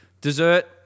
Dessert